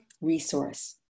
resource